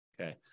Okay